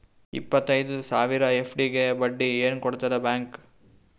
ಇಪ್ಪತ್ತೈದು ಸಾವಿರ ಎಫ್.ಡಿ ಗೆ ಬಡ್ಡಿ ಏನ ಕೊಡತದ ಬ್ಯಾಂಕ್?